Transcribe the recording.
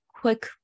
quick